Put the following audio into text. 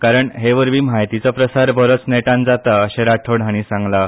कारण हाचे वरवीं माहितीचो प्रसार बरोच नेटान जाता अशें राठोड हांणी सांगलां